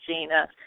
Gina